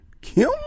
Kim